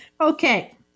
Okay